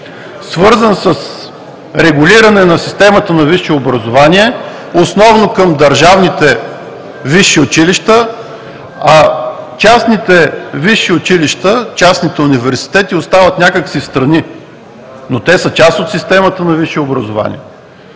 свързан с регулиране на системата на висшето образование, основно към държавните висши училища, а частните висши училища, частните университети, остават някак си в страни, но те са част от системата на висше образование.